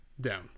Down